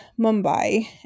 Mumbai